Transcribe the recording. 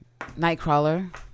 Nightcrawler